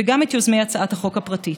וגם את יוזמי הצעת החוק הפרטית.